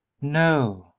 no,